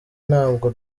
ntabwo